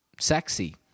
sexy